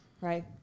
Right